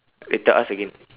later ask again